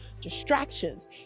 distractions